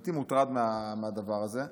אמיתי מוטרד מהדבר הזה.